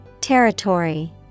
Territory